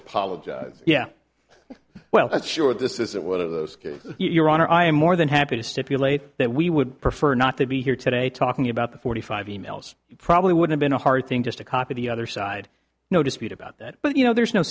apologize yeah well it's sure this isn't one of those your honor i am more than happy to stipulate that we would prefer not to be here today talking about the forty five emails you probably would have been a hard thing just to copy the other side no dispute about that but you know there's no